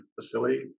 facility